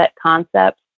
concepts